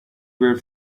were